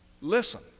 Listen